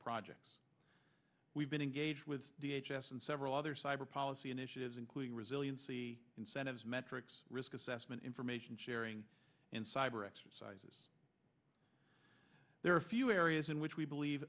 projects we've been engaged with the h s and several other cyber policy initiatives including resiliency incentives metrics risk assessment information sharing and cyber exercises there are few areas in which we believe